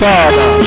Father